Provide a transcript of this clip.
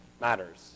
matters